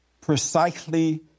precisely